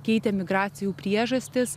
keitė migracijų priežastis